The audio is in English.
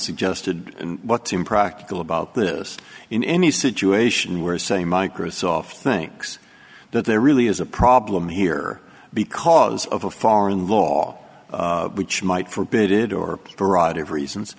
suggested and what's impractical about this in any situation where say microsoft thinks that there really is a problem here because of a foreign law which might forbid it or variety of reasons